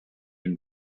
and